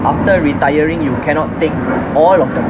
after retiring you cannot take all of the